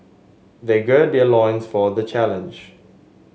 they gird their loins for the challenge